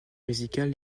musical